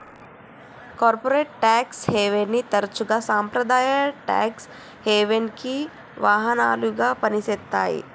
corporate tax హెవెన్ని తరచుగా సాంప్రదాయ ట్యేక్స్ హెవెన్కి వాహనాలుగా పనిచేత్తాయి